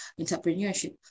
entrepreneurship